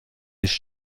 ist